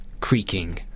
creaking